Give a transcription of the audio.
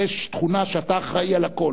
הייתי נכון כבר בשבוע שעבר לקיים את הדיון.